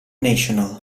national